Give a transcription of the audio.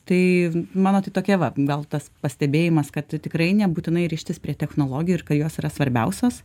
tai mano tai tokia va gal tas pastebėjimas kad tikrai nebūtinai rištis prie technologijų ir ka jos yra svarbiausias